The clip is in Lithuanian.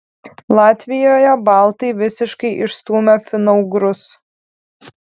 latvijoje baltai visiškai išstūmė finougrus